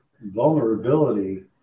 vulnerability